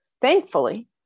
Thankfully